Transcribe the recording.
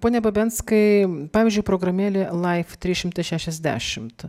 pone babenskai pavyzdžiui programėlė laif trys šimtai šešiasdešimt